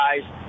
guys